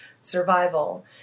survival